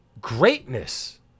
greatness